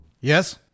Yes